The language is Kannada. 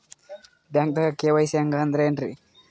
ಬ್ಯಾಂಕ್ದಾಗ ಕೆ.ವೈ.ಸಿ ಹಂಗ್ ಅಂದ್ರೆ ಏನ್ರೀ?